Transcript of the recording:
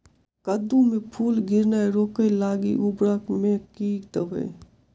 कद्दू मे फूल गिरनाय रोकय लागि उर्वरक मे की देबै?